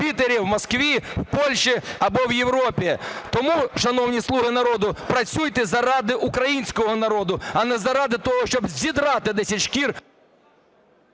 Пітері, в Москві, в Польщі або в Європі. Тому, шановні "слуги народу", працюйте заради українського народу, а не заради того, щоб зідрати десять шкір...